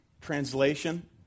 translation